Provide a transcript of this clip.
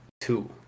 two